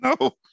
No